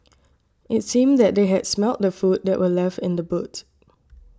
it's seemed that they had smelt the food that were left in the boot